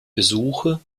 besuche